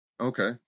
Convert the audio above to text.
Okay